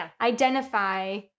identify